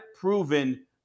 proven